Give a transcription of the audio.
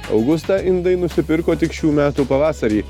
augustą indai nusipirko tik šių metų pavasarį